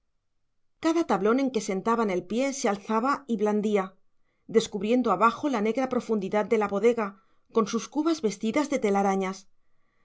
cada tablón en que sentaban el pie se alzaba y blandía descubriendo abajo la negra profundidad de la bodega con sus cubas vestidas de telarañas